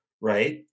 right